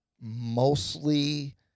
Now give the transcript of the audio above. mostly